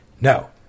No